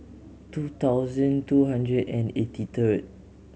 two thousand two hundred and eighty third